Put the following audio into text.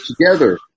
together